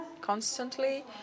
constantly